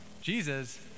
Jesus